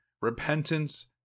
repentance